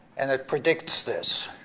and it predicts this.